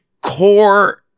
core